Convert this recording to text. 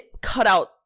cutout